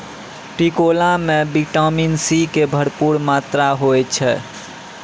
टिकोला मॅ vitamin C के भरपूर मात्रा होय छै